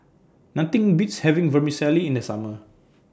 Nothing Beats having Vermicelli in The Summer